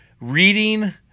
reading